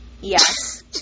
Yes